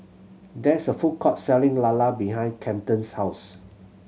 there is a food court selling lala behind Kamden's house